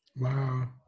Wow